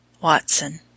Watson